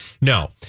no